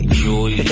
joy